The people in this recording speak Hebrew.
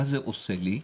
מה זה עושה לי,